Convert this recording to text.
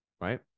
right